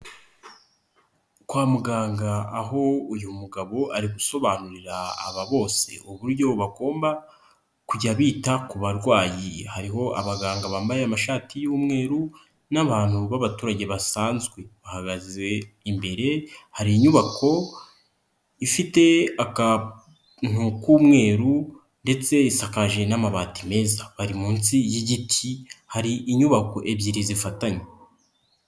Kwa muganga aho uyu mugabo ari gusobanurira aba bose uburyo bagomba ,kujya bita ku barwayi hariho abaganga bambaye amashati y'umweru n'abantu b'abaturage basanzwe, bahagaze imbere hari inyubako ifite akantu k'umweru ndetse isakaje n'amabati meza, bari munsi y'igiti hari inyubako ebyiri zifatanye.